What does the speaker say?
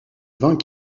vingt